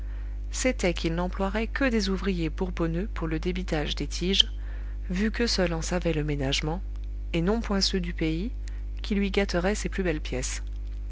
c'était qu'il n'emploierait que des ouvriers bourbonneux pour le débitage des tiges vu qu'eux seuls en savaient le ménagement et non point ceux du pays qui lui gâteraient ses plus belles pièces